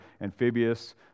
amphibious